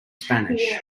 spanish